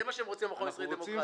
זה מה שרוצה המכון הישראלי לדמוקרטיה.